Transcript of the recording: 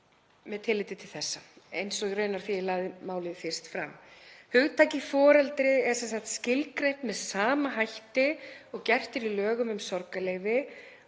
með tilliti til þessa, eins og raunar þegar ég lagði málið fyrst fram. Hugtakið foreldri er sem sagt skilgreint með sama hætti og gert er í lögum um sorgarleyfi